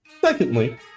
Secondly